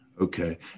okay